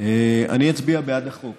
אני אצביע בעד החוק